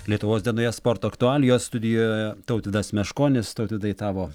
lietuvos dienoje sporto aktualijos studijoje tautvydas meškonis tautvydai tavo